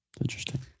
Interesting